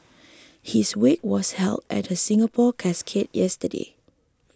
his wake was held at the Singapore Casket yesterday